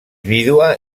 vídua